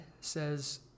says